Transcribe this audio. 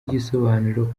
igisobanuro